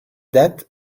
date